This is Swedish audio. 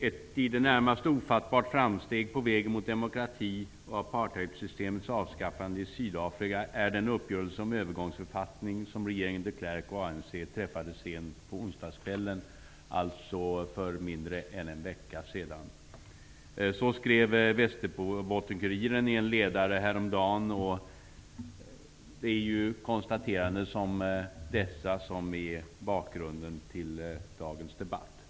''Ett i det närmaste ofattbart framsteg på väg mot demokrati och apartheidsystemets avskaffande i Sydafrika är den uppgörelse om en övergångsförfattning som regeringen de Klerk och ANC träffade sent på onsdagskvällen'' -- alltså för mindre än en vecka sedan. Så skrev Västerbottens Kuriren i en ledare häromdagen. Det är konstateranden som dessa som är bakgrunden till dagens debatt.